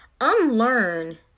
Unlearn